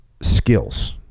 skills